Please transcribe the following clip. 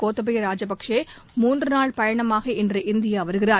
கோத்தபய ராஜபக்சே மூன்று நாள் பயணமாக இன்று இந்தியா வருகிறார்